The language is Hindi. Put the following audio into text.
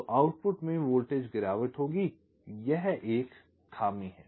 तो आउटपुट में वोल्टेज में गिरावट होगी यह एक खामी है